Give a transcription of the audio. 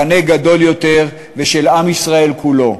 מחנה גדול יותר, ושל עם ישראל כולו.